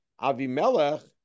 Avimelech